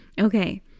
Okay